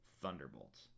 Thunderbolts